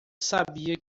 sabia